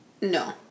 no